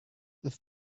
ist